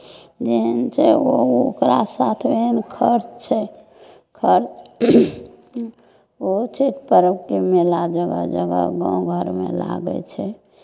जेहन छै ओ ओकरा साथ ओहन खर्च छै खर्च ओहो छै पर्वके मेला जगह जगह गाँव घरमे लागै छै